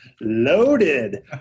loaded